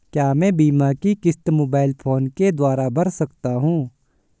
क्या मैं बीमा की किश्त मोबाइल फोन के द्वारा भर सकता हूं?